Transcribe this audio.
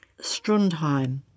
Strundheim